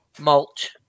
mulch